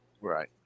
Right